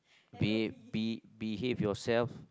behave be~ behave yourself